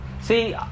See